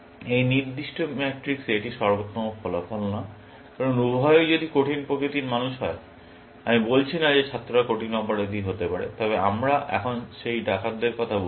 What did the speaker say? এই নির্দিষ্ট ম্যাট্রিক্সে এটি সর্বোত্তম ফলাফল নয় কারণ উভয়েই যদি কঠিন প্রকৃতির মানুষ হয় আমি বলছি না যে ছাত্ররা কঠিন অপরাধী হতে পারে তবে আমরা এখন সেই ডাকাতদের কথা বলছি